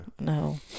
No